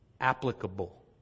applicable